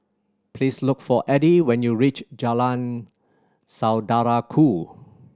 please look for Eddie when you reach Jalan Saudara Ku